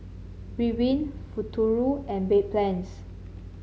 Ridwind Futuro and Bedpans